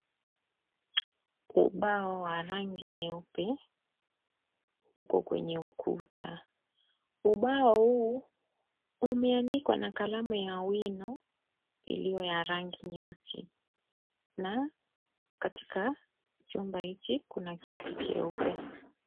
Ubao wa rangi nyeupe uko kwenye ukuta. Ubao huu umeandikwa na kalamu ya wino iliyo ya rangi nyeusi na katika chumba hiki kuna kiti cheupe.